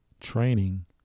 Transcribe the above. training